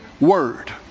word